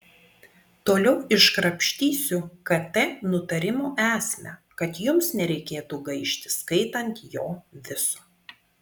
toliau iškrapštysiu kt nutarimo esmę kad jums nereikėtų gaišti skaitant jo viso